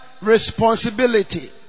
responsibility